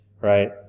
right